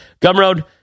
Gumroad